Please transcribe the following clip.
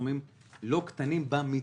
בסכומים לא קטנים במצטבר.